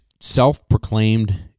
self-proclaimed